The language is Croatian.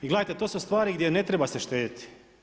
I gledajte, to su stvari gdje ne treba se štediti.